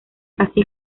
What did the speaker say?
casi